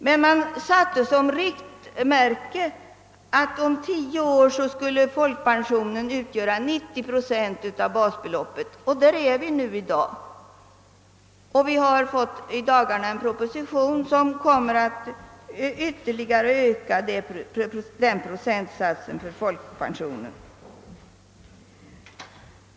Men man angav som riktmärke att folkpensionen om 10 år skulle utgöra 90 procent av basbeloppet. Där är vi nu i dag. Och vi har i dagarna fått en proposition som kommer att ytterligare öka den procentsatsen för folkpensionen.